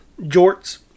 jorts